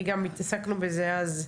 כי התעסקנו בזה אז,